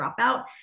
dropout